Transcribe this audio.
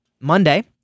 Monday